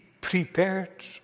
prepared